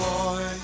Boy